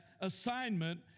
assignment